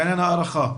לעניין ההארכה.